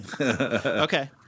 Okay